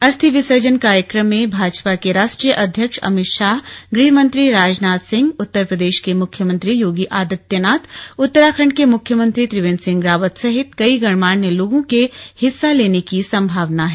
अस्थि विसर्जन कार्यक्रम में भाजपा के राष्ट्रीय अध्यक्ष अमित शाह गृहमंत्री राजनाथ सिंह उत्तरप्रदेश के मुख्यमंत्री योगी आदित्यनाथ उत्तराखण्ड के मुख्यमंत्री त्रिवेंद्र सिंह रावत सहित कई गणमान्य लोगों के हिस्सा लेने की संभावना है